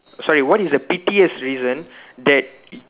sorry what is the pettiest reason that